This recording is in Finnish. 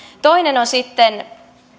toinen on sitten